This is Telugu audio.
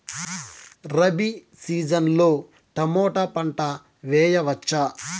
రబి సీజన్ లో టమోటా పంట వేయవచ్చా?